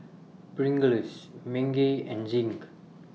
Pringles Bengay and Zinc